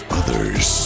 others